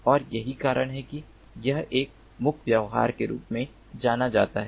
और यही कारण है कि यह एक मुक् व्यवहार के रूप में जाना जाता है